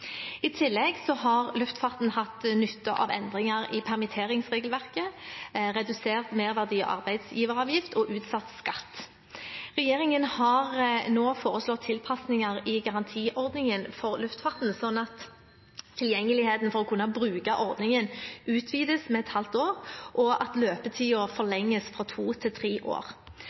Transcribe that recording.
I tillegg har luftfarten hatt nytte av endringer i permitteringsregelverket, redusert merverdi- og arbeidsgiveravgift og utsatt skatt. Regjeringen har nå foreslått tilpasninger i garantiordningen for luftfarten, slik at tilgjengeligheten for å kunne bruke ordningen utvides med et halvt år, og at løpetiden forlenges fra to til tre år.